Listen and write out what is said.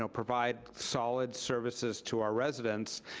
you know provide solid services to our residents,